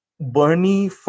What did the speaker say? Bernie